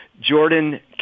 Jordan